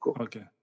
Okay